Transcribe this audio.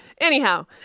Anyhow